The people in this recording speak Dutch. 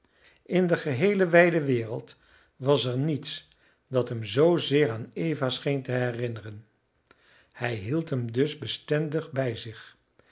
in de geheele wijde wereld was er niets dat hem zoozeer aan eva scheen te herinneren hij hield hem dus bestendig bij zich